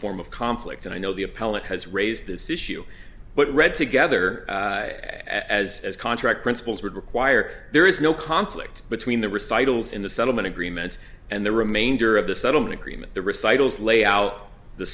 form of conflict and i know the appellant has raised this issue but read together as contract principals would require there is no conflict between the recitals in the settlement agreement and the remainder of the settlement agreement the recitals lay out the